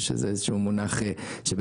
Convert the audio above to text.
שזה איזה שהוא מונח שאומר,